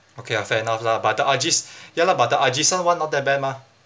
okay ah fair enough lah but the ajis~ ya lah but the ajisen one not the bad mah